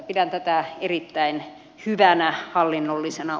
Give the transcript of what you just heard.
pidän tätä erittäin hyvänä hallinnollisena